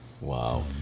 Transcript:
Wow